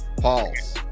pause